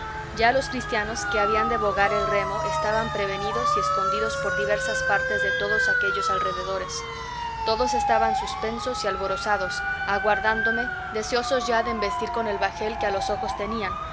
ya los cristianos que habían de bogar el remo estaban prevenidos y escondidos por diversas partes de todos aquellos alrededores todos estaban suspensos y alborozados aguardándome deseosos ya de embestir con el bajel que a los ojos tenían